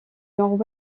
nord